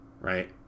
right